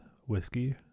whiskey